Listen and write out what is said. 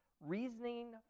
reasoning